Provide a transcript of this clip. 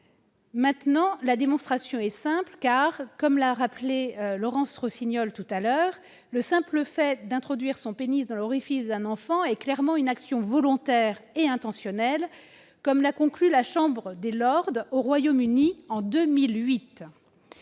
maintenant, la démonstration est simple, car, comme l'a rappelé Laurence Rossignol, le simple fait d'introduire son pénis dans l'orifice d'un enfant est clairement une action volontaire et intentionnelle, comme l'a conclu la Chambre des Lords au Royaume-Uni en 2008.